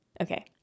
Okay